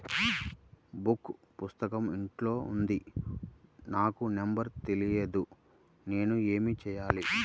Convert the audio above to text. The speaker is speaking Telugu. బాంక్ పుస్తకం ఇంట్లో ఉంది నాకు నంబర్ తెలియదు నేను ఏమి చెయ్యాలి?